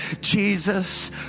Jesus